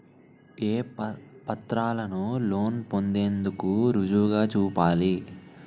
ఏ పత్రాలను లోన్ పొందేందుకు రుజువుగా చూపాలి?